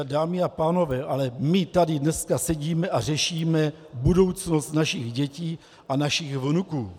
Dámy a pánové, ale my tady dneska sedíme a řešíme budoucnost našich dětí a našich vnuků.